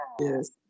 Yes